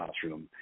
classroom